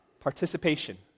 Participation